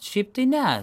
šiaip tai ne